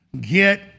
get